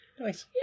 Nice